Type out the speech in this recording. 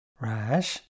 Rash